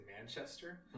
Manchester